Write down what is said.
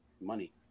Money